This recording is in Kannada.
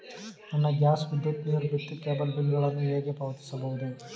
ನನ್ನ ಗ್ಯಾಸ್, ವಿದ್ಯುತ್, ನೀರು ಮತ್ತು ಕೇಬಲ್ ಬಿಲ್ ಗಳನ್ನು ನಾನು ಹೇಗೆ ಪಾವತಿಸುವುದು?